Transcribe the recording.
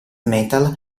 metal